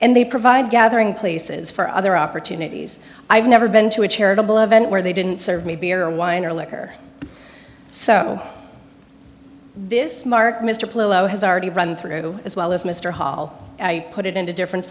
and they provide gathering places for other opportunities i've never been to a charitable event where they didn't serve me beer or wine or liquor so this mark mr plough has already run through as well as mr hall put it in a different